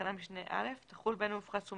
תקנת משנה (א) תחול בין אם הופחת סכום